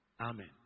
Amen